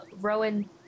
Rowan